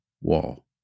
wall